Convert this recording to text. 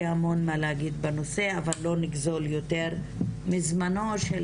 המון מה להגיד בנושא אבל לא נגזול יותר מזמנו של